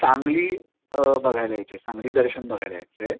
सांगली बघायला यायची आहे सांगलीदर्शन बघायला यायचं आहे